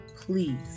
Please